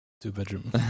two-bedroom